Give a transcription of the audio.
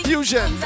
Fusion